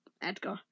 Edgar